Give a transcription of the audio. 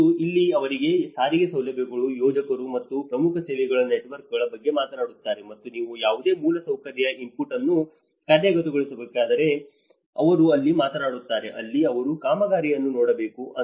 ಮತ್ತು ಇಲ್ಲಿ ಅವರು ಸಾರಿಗೆ ಸೌಲಭ್ಯಗಳು ಯೋಜಕರು ಅವರು ಪ್ರಮುಖ ಸೇವೆಗಳ ನೆಟ್ವರ್ಕ್ಗಳ ಬಗ್ಗೆ ಮಾತನಾಡುತ್ತಾರೆ ಮತ್ತು ನೀವು ಯಾವುದೇ ಮೂಲಸೌಕರ್ಯ ಇನ್ಪುಟ್ ಅನ್ನು ಕಾರ್ಯಗತಗೊಳಿಸಬೇಕಾದರೆ ಅವರು ಇಲ್ಲಿ ಮಾತನಾಡುತ್ತಾರೆ ಅಲ್ಲಿ ಅವರು ಕಾಮಗಾರಿಯನ್ನು ನೋಡಬೇಕು